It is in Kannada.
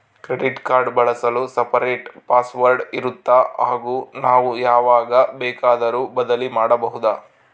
ಕ್ರೆಡಿಟ್ ಕಾರ್ಡ್ ಬಳಸಲು ಸಪರೇಟ್ ಪಾಸ್ ವರ್ಡ್ ಇರುತ್ತಾ ಹಾಗೂ ನಾವು ಯಾವಾಗ ಬೇಕಾದರೂ ಬದಲಿ ಮಾಡಬಹುದಾ?